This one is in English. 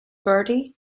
bertie